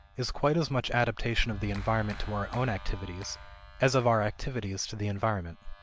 is quite as much adaptation of the environment to our own activities as of our activities to the environment.